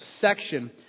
section